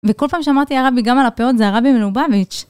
וכל פעם שאמרתי הערה וגם על הפאות זה הרבי מלובביץ'.